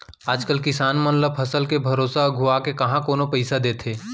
आज कल किसान मन ल फसल के भरोसा अघुवाके काँहा कोनो पइसा देथे